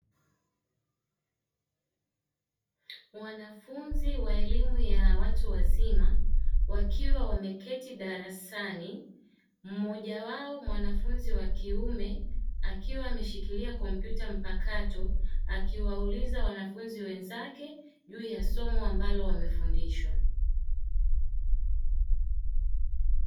Wanafunzi wa elimu ya watu wazima wakiwa wameketi darasani mmoja wao mwanafunzi wa kiume akiwa ameshikilia kompyuta mpakato akiwauliza wanafunzi wenzake juu ya somo ambalo wamefundishwa.